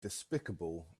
despicable